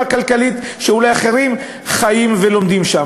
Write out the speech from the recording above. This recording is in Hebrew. כלכלית שאולי אחרים חיים ולומדים בה.